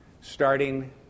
Starting